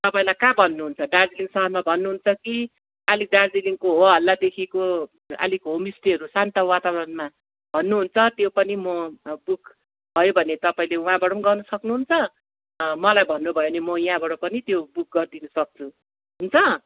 तपाईँलाई कहाँ भन्नु हुन्छ दार्जिलिङ सहरमा भन्नु हुन्छ कि अलिक दार्जिलिङको होहल्लादेखिको अलिक होमस्टेहरू शान्त वातावरणमा भन्नु हुन्छ त्यो पनि म अब बुक भयो भने तपाईँले उहाँबाट सक्नु हुन्छ मलाई भन्नु भयो भने म यहाँबाट पनि त्यो बुक गरिदिन सक्छु हुन्छ